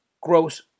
gross